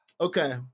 Okay